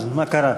אז מה קרה?